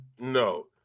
No